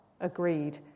agreed